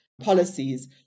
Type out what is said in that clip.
policies